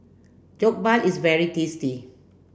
jokbal is very tasty